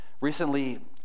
Recently